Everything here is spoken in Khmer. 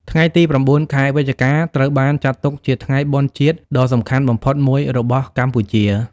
ថ្ងៃទី៩ ខែវិច្ឆិកា ត្រូវបានចាត់ទុកជាថ្ងៃបុណ្យជាតិដ៏សំខាន់បំផុតមួយរបស់កម្ពុជា។